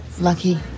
Lucky